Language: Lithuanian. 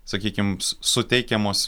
sakykim su suteikiamos